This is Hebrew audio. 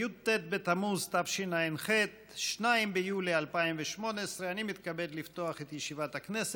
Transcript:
י"ט בתמוז התשע"ח (2 ביולי 2018) ירושלים,